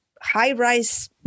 high-rise